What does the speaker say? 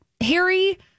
Harry